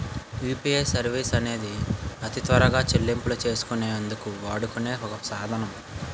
UPI services అనేవి అతి త్వరగా చెల్లింపులు చేసుకునే అందుకు వాడుకునే ఒక సాధనం